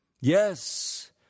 Yes